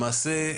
למעשה,